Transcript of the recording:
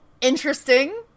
interesting